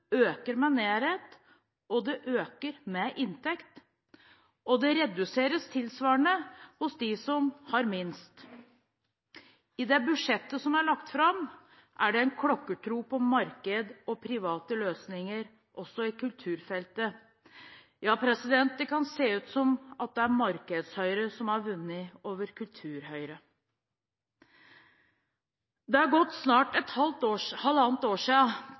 øker med nærhet, og det øker med inntekt. Det reduseres tilsvarende hos dem som har minst. I det budsjettet som er lagt fram, er det en klokkertro på marked og private løsninger også på kulturfeltet. Ja, det kan se ut som det er Markeds-Høyre som har vunnet over Kultur-Høyre. Det har snart gått halvannet år